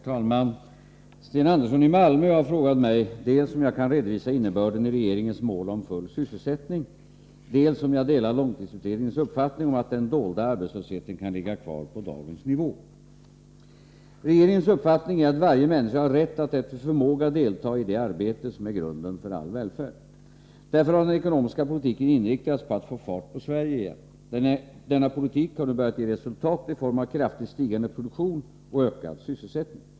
Herr talman! Sten Andersson i Malmö har frågat mig dels om jag kan redovisa innebörden i regeringens mål om full sysselsättning, dels om jag delar långtidsutredningens uppfattning om att den dolda arbetslösheten kan ligga kvar på dagens nivå. Regeringens uppfattning är att varje människa har rätt att efter förmåga delta i det arbete som är grunden för all välfärd. Därför har den ekonomiska politiken inriktats på att få fart på Sverige igen. Denna politik har nu börjat ge resultat i form av kraftigt stigande produktion och ökad sysselsättning.